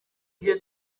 gihe